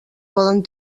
poden